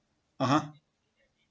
(uh huh)